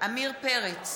עמיר פרץ,